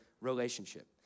relationship